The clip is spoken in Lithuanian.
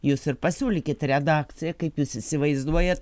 jūs pasiūlykit redakciją kaip jūs įsivaizduojat